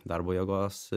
darbo jėgos